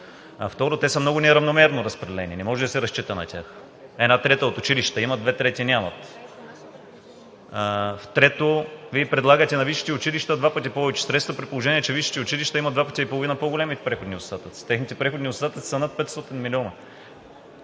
Второ, те са много неравномерно разпределени и не може да се разчита на тях. Една трета от училищата имат, а две трети нямат. Трето, Вие предлагате на висшите училища два пъти повече средства, при положение че висшите училища имат два пъти и половина по-големи преходни остатъци. Техните преходни остатъци са над 500 милиона.